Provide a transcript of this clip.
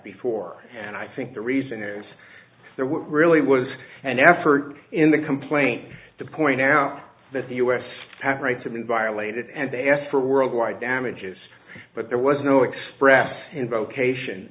before and i think the reason is there really was an effort in the complaint to point out that the u s have rights have been violated and they asked for worldwide damages but there was no express in vocation